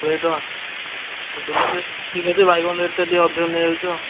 କୋଡ଼ିଏ ଟଙ୍କା ଆଉ ବିଲାତି ରେଟ୍ଟା ଠିକ୍ ଅଛି ବାଇଗଣ ରେଟ୍ଟା ଟିକେ ଅଧିକ ନେଇଯାଉଛ